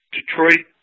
Detroit